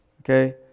okay